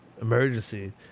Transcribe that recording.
Emergency